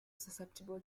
susceptible